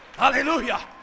Hallelujah